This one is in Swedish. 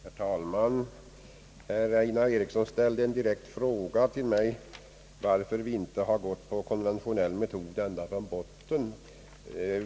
Herr talman! Herr Einar Eriksson ställde en direkt fråga till mig, varför vi inte har velat tillämpa konventionell metod ända från botten.